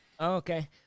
Okay